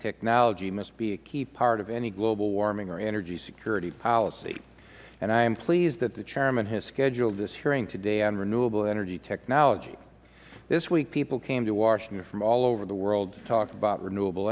technology must be a key part of any global warming or energy security policy and i am pleased that the chairman has scheduled this hearing today on renewable energy technology this week people came to washington from all over the world to talk about